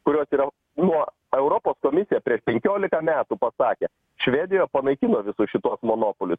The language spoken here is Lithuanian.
kurios yra nuo europos komisija prieš penkiolika metų pasakė švedija panaikino visus šituos monopolius